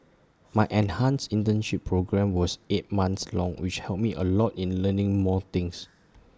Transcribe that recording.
my enhanced internship programme was eight months long which helped me A lot in learning more things